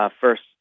first